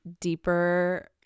deeper